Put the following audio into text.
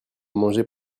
manger